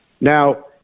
Now